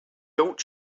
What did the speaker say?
don’t